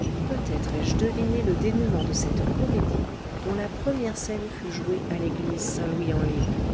et peut-être ai-je deviné le dénoûment de cette comédie dont la première scène fut jouée à l'église saint louis en lile